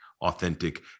authentic